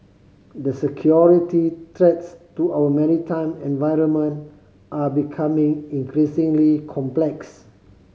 the security threats to our maritime environment are becoming increasingly complex